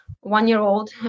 one-year-old